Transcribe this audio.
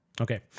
Okay